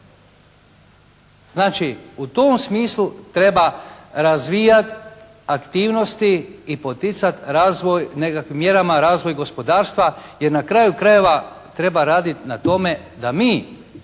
Znači u tom smislu treba razvijat aktivnosti i poticat razvoj, mjerama razvoj gospodarstva jer na kraju krajeva treba radit na tome da mi